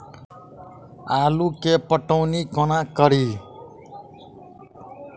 आलु केँ पटौनी कोना कड़ी?